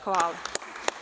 Hvala.